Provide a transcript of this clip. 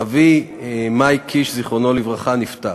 אבי מייק קיש, זיכרונו לברכה, נפטר.